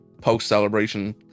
post-celebration